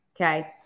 Okay